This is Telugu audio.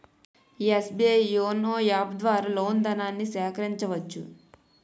ఎస్.బి.ఐ యోనో యాప్ ద్వారా లోన్ ధనాన్ని సేకరించవచ్చు